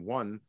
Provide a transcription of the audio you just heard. one